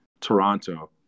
Toronto